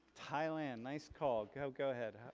thailand, nice call. go go ahead,